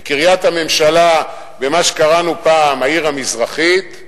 בקריית הממשלה, במה שקראנו פעם העיר המזרחית,